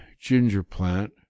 ginger-plant